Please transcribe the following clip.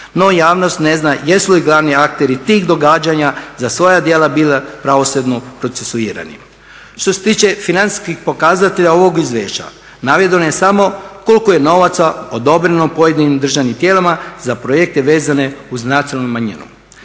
No, javnost ne znam jesu li glavni akteri tih događanja za svoja djela bila pravosudno procesuirani. Što se tiče financijskih pokazatelja ovog izvješća navedeno je samo koliko je novaca odobreno pojedinim državnim tijelima za projekte vezane uz nacionalnu manjinu.